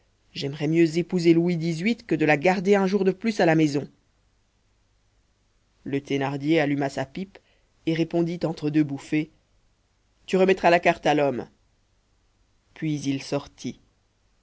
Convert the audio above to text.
j'aimerais mieux épouser louis xviii que de la garder un jour de plus à la maison le thénardier alluma sa pipe et répondit entre deux bouffées tu remettras la carte à l'homme puis il sortit